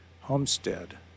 homestead